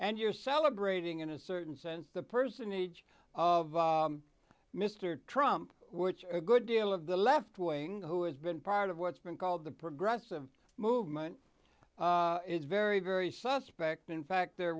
and you're celebrating in a certain sense the personage of mr trump which a good deal of the left wing who has been part of what's been called the progressive movement is very very suspect in fact the